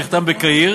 שנחתם בקהיר